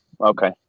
Okay